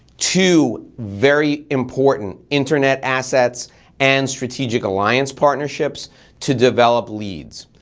two very important internet assets and strategic alliance partnerships to develop leads.